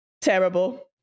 Terrible